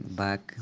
back